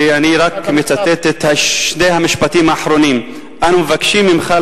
ואני רק מצטט את שני המשפטים האחרונים: "אנו מבקשים ממך